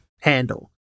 handle